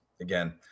again